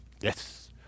yes